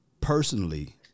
personally